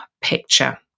picture